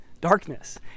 darkness